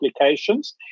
applications